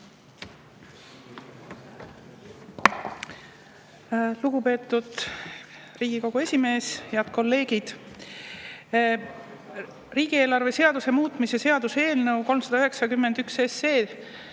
Lugupeetud Riigikogu esimees! Head kolleegid! Riigieelarve seaduse muutmise seaduse eelnõu 391 ehk